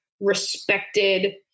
respected